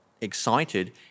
excited